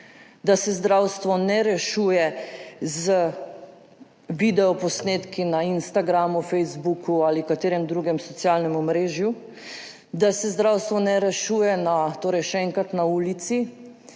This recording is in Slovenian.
da se zdravstva ne rešuje z videoposnetki na Instagramu, Facebooku ali katerem drugem socialnem omrežju, da se zdravstva ne rešuje, še enkrat, na ulici